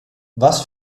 was